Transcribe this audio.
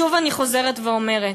שוב, אני חוזרת ואומרת,